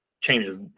changes